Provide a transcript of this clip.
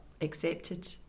accepted